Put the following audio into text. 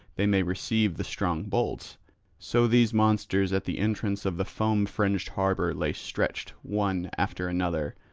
they may receive the strong bolts so these monsters at the entrance of the foam-fringed harbour lay stretched one after another,